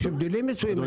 יש הבדלים מסוימים.